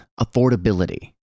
affordability